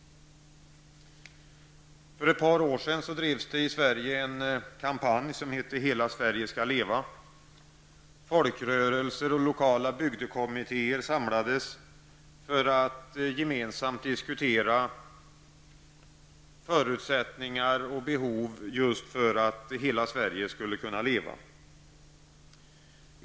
För ett par år sedan drevs det i Sverige en kampanj -- Hela Sverige skall leva. Folkrörelser och lokala bygdekommittéer samlades för att gemensamt diskutera förutsättningar och behov för att hela Sverige skulle kunna leva.